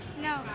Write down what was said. No